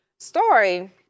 story